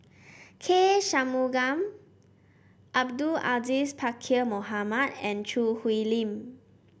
K Shanmugam Abdul Aziz Pakkeer Mohamed and Choo Hwee Lim